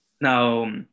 Now